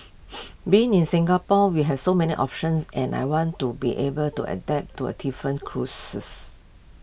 being in Singapore we have so many options and I want to be able to adapt to A different